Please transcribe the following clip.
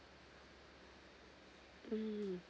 mm